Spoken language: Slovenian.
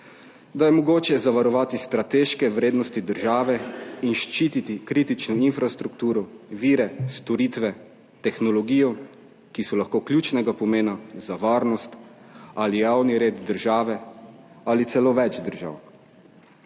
da je mogoče zavarovati strateške vrednosti države in ščititi kritično infrastrukturo, vire, storitve, tehnologijo, ki so lahko ključnega pomena za varnost ali javni red države ali celo več držav.